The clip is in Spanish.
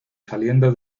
saliendo